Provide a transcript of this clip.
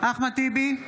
אחמד טיבי,